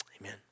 amen